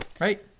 Right